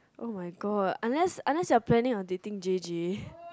oh my god unless you planning planning to dating j_j